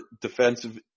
defensive